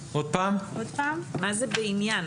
מה זה "בעניין"?